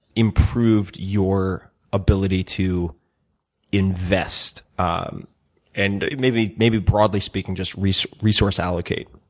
improved your ability to invest, um and maybe maybe broadly speaking just resource resource allocate?